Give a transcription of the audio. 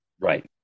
Right